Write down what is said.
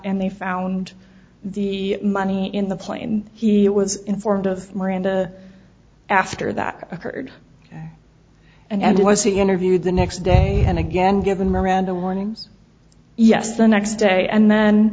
and they found the money in the plane he was informed of miranda after that occurred and was he interviewed the next day and again given miranda warnings yes the next day and then